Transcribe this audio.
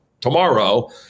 tomorrow